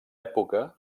època